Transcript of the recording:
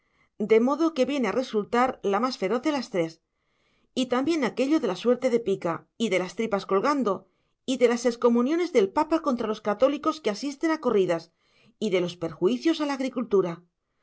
de modo que viene a resultar la más feroz de las tres y también aquello de la suerte de pica y de las tripas colgando y de las excomuniones del papa contra los católicos que asisten a corridas y de los perjuicios a la agricultura